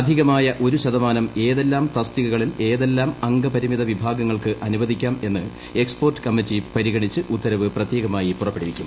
അധികമായ ഒരു ശതമാനം ഏതെല്ലാം തസ്തികകളിൽ ഏതെല്ലാം അംഗപരിമിത വിഭാഗങ്ങൾക്ക് അനുവദിക്കാമെന്ന്എക്സ്പേർട്ട് കമ്മിറ്റി പരിഗണിച്ച് ഉത്തരവ് പ്രത്യേകമായി പുറപ്പെടുവിക്കും